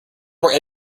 where